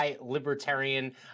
Libertarian